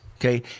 okay